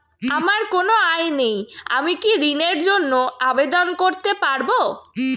আমার কোনো আয় নেই আমি কি ঋণের জন্য আবেদন করতে পারব?